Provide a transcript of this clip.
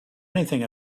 anything